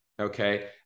Okay